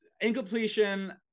Incompletion